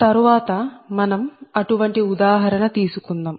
తరువాత మనం అటువంటి ఉదాహరణ తీసుకుందాం